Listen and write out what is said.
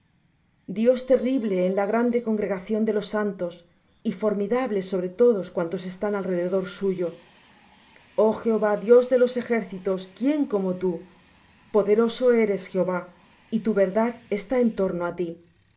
dios terrible en la grande congregación de los santos y formidable sobre todos cuantos están alrededor suyo oh jehová dios de los ejércitos quién como tú poderoso eres jehová y tu verdad está en torno de ti